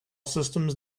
systems